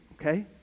okay